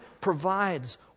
provides